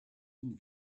une